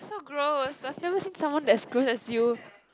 so gross I've never seen someone that's gross as you